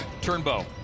Turnbow